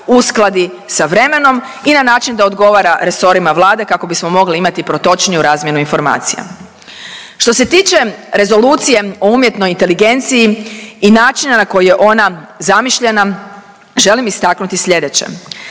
uskladi sa vremenom i na način da odgovara resorima Vlade kako bismo mogli imati protočniju razmjenu informacija. Što se tiče Rezolucije o umjetnoj inteligenciji i načina na koji je ona zamišljena želim istaknuti slijedeće,